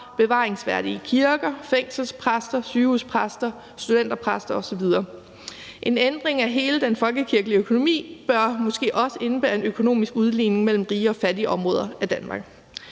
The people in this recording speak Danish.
bevaringsværdige kirker, fængselspræster, sygehuspræster studenterpræster osv. En ændring af hele den folkekirkelige økonomi bør måske også indebære en økonomisk udligning mellem rige og fattige områder af Danmark.